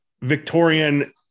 Victorian